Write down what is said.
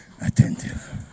attentive